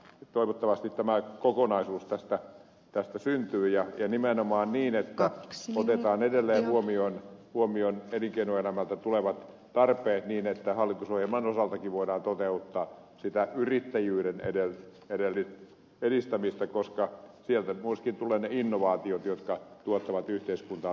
toivottavasti tämä kokonaisuus tästä syntyy ja nimenomaan niin että otetaan edelleen huomioon elinkeinoelämältä tulevat tarpeet niin että hallitusohjelman osaltakin voidaan toteuttaa sitä yrittäjyyden edistämistä koska sieltä myöskin tulevat ne innovaatiot jotka tuottavat yhteiskuntaan lisäarvoa